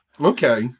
Okay